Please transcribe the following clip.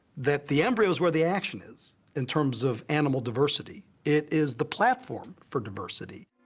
that the embryo is where the action is, in terms of animal diversity. it is the platform for diversity.